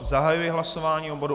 Zahajuji hlasování o bodu M8.